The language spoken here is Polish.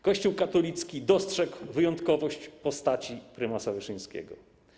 Kościół katolicki dostrzegł wyjątkowość postaci prymasa Wyszyńskiego.